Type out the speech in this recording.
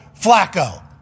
flacco